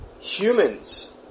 Humans